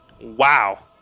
Wow